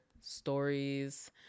stories